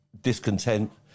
discontent